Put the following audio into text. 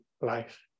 life